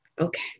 Okay